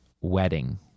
wedding